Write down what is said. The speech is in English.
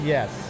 Yes